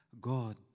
God